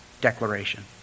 declaration